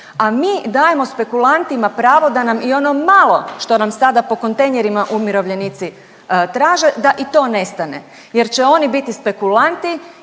a mi dajemo spekulantima pravo da nam i ono malo što nam sada po kontejnerima umirovljenici traže da i to nestane jer će oni biti spekulanti,